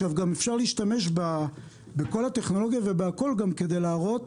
אפשר להשתמש בכל הטכנולוגיה גם כדי להראות